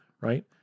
right